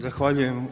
Zahvaljujem.